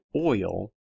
oil